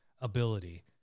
ability